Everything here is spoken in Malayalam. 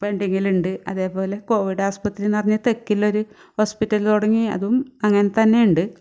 ഇപ്പം ഉണ്ടെങ്കിലുണ്ട് അതേപോലെ കോവിഡ് ആസ്പത്രിയെന്ന് പറഞ്ഞ് തെക്കിലൊരു ഹോസ്പിറ്റൽ തുടങ്ങി അതും അങ്ങനെത്തന്നെ ഉണ്ട്